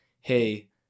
hey